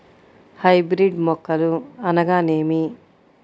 Hybrid మొక్కలు అనగానేమి?